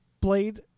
blade